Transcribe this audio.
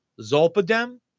Zolpidem